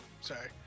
Sorry